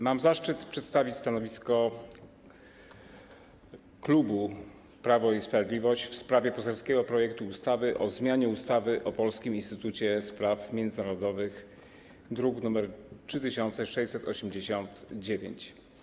Mam zaszczyt przedstawić stanowisko klubu Prawo i Sprawiedliwość w sprawie poselskiego projektu ustawy o zmianie ustawy o Polskim Instytucie Spraw Międzynarodowych, druk nr 3689.